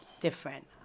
different